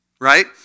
right